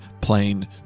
plain